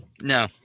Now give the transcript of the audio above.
No